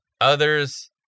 others